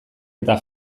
eta